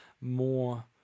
more